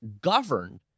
governed